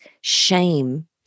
shame